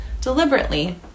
deliberately